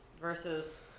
versus